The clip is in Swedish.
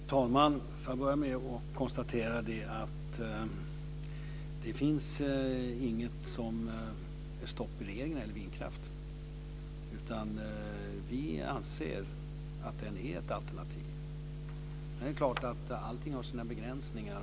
Fru talman! Låt mig börja med att konstatera att det inte finns något som sätter stopp i regeringen när det gäller vindkraft. Regeringen anser att den är ett alternativ. Sedan är det klart att allting har sina begränsningar.